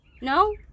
No